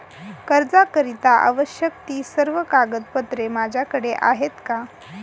कर्जाकरीता आवश्यक ति सर्व कागदपत्रे माझ्याकडे आहेत का?